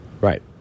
Right